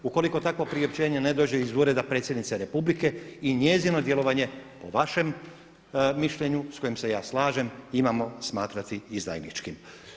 Ukoliko takvo priopćenje ne dođe iz Ureda predsjednice Republike i njezino djelovanje po vašem mišljenju s kojim se ja slažem imamo smatrati izdajničkim.